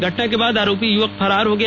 घटना के बाद आरोपी युवक फरार हो गया